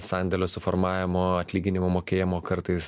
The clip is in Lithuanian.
sandėlio suformavimo atlyginimų mokėjimo kartais